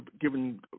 given